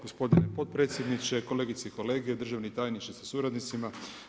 Gospodine potpredsjedniče, kolegice i kolege, državni tajniče sa suradnicima.